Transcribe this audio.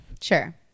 sure